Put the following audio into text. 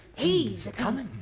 he's a comin'